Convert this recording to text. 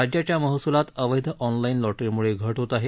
राज्याच्या महस्लात अवैध ऑनलाईन लॉटरीमुळे घट होत आहे